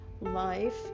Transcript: life